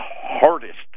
hardest